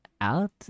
out